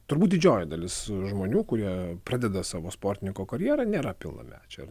turbūt didžioji dalis žmonių kurie pradeda savo sportininko karjerą nėra pilnamečiai ar